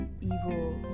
evil